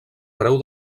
preu